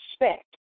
respect